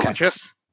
yes